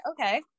Okay